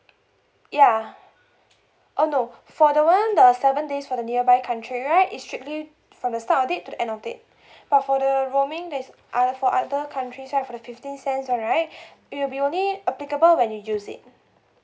ya oh no for the one the seven days for the nearby country right is strictly from the start of date to the end of date but for the roaming there's other for other countries right for the fifteen cents one right it will be only applicable when you use it